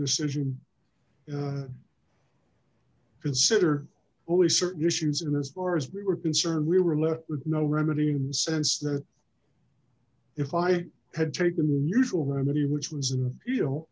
decision consider only certain issues and as far as we were concerned we were left with no remedying sense that if i had taken the usual remedy which